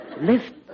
Lift